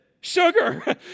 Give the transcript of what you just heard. Sugar